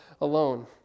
alone